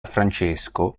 francesco